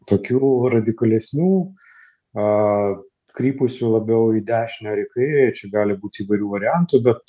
tokių radikalesnių krypusių labiau į dešinę ar į kairę čia gali būti įvairių variantų bet